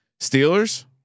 Steelers